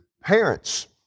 parents